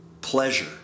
pleasure